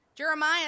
Jeremiah